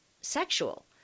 sexual